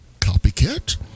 copycat